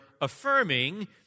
affirming